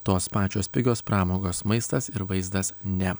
tos pačios pigios pramogos maistas ir vaizdas ne